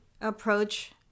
approach